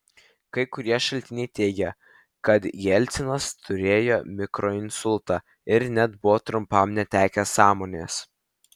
kai kurie šaltiniai teigia kad jelcinas turėjo mikroinsultą ir net buvo trumpam netekęs sąmonės